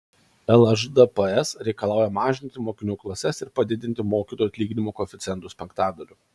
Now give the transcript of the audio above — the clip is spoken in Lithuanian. lšdps reikalauja mažinti mokinių klases ir padidinti mokytojų atlyginimų koeficientus penktadaliu